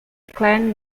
clan